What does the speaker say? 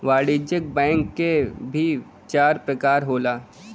वाणिज्यिक बैंक क भी चार परकार होला